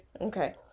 Okay